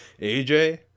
AJ